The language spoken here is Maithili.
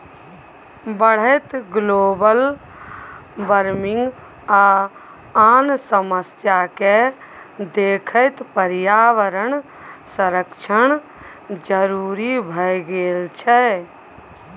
बढ़ैत ग्लोबल बार्मिंग आ आन समस्या केँ देखैत पर्यावरण संरक्षण जरुरी भए गेल छै